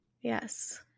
yes